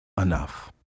enough